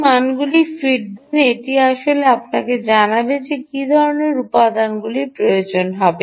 এই মানগুলিতে ফিড দিন এটি আসলে আপনাকে জানাবে যে কী ধরণের উপাদানগুলির প্রয়োজন হবে